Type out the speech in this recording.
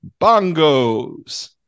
bongos